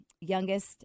Youngest